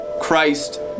Christ